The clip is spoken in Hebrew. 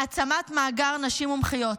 העצמת מאגר נשים מומחיות,